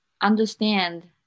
understand